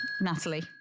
Natalie